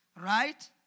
Right